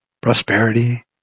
prosperity